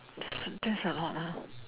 that's that's a lot lah